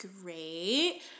great